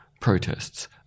protests